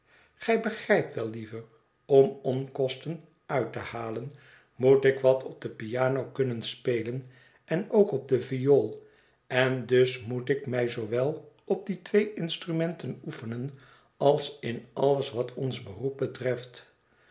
gij begrijpt wel lieve om onkosten uit te halen moet ik wat op de piano kunnen spelen en ook op de viool en dus moet ik mij zoowel op die twee instrumenten oefenen als in alles wat ons beroep betreft